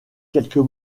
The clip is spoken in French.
quelques